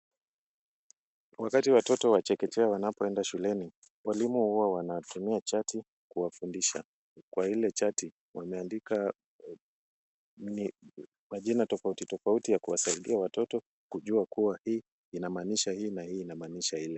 Wakati watoto wa chekechea wanapoenda shuleni, walimu huwa wanatumia chati kuwafundisha. Kwa ile chati, wameandika majina tofauti tofauti ya kuwasaidia watoto kujua kuwa hii inamaanisha hii na hii inamaanisha ile.